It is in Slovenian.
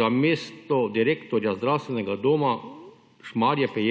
za mesto direktorja Zdravstvenega doma Šmarje pri